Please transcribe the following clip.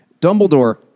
Dumbledore